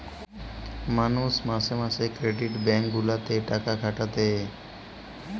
মালুষ মাসে মাসে ক্রেডিট ব্যাঙ্ক গুলাতে টাকা খাটাতে